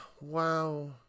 Wow